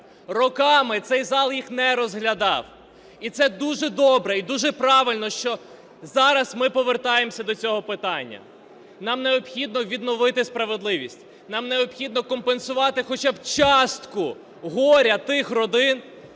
роками цей зал їх не розглядав. І це дуже добре і дуже правильно, що зараз ми повертаємося до цього питання. Нам необхідно відновити справедливість. Нам необхідно компенсувати хоча б частку горя тих родин,